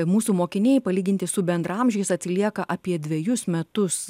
mūsų mokiniai palyginti su bendraamžiais atsilieka apie dvejus metus